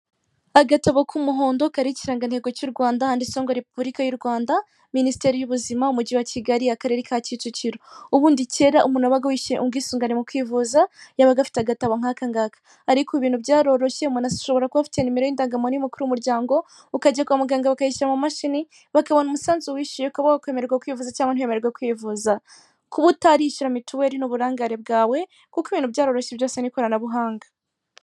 Agatabo k'umuhondo kariho ikirangantego cy'u Rwanda cyangwa ngo repuburika y'u Rwanda minisiteri y'ubuzima umujyi wa Kigali, Akarere ka Kicukiro. Ubundi kera umuntu yabaga yakwishyura ubwisungane mu kwivuza, yabaga afite agatabo nk'aka ngaka. Ariko ibintu byaroroshye, mushobora kuba mufite indangamuntu y'umukuru w'umuryango, ukajya kwa muganga bakayishyira mu mashini, bakabona umusanzu wishyuye, ukemererwa kwivuza cyangwa ntiwemererwe kwivuza. Kuba utarishyura mituweri ni uburangare bwawe kuko ibintu byaroroshye, byose n'ikoranabuhanga.